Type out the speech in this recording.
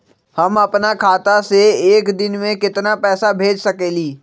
हम अपना खाता से एक दिन में केतना पैसा भेज सकेली?